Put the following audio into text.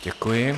Děkuji.